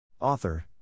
Author